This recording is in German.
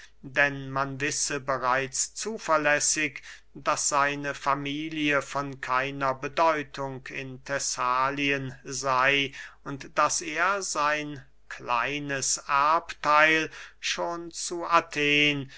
denn man wisse bereits zuverlässig daß seine familie von keiner bedeutung in thessalien sey und daß er sein kleines erbtheil schon zu athen